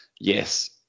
yes